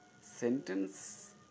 Sentence